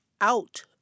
out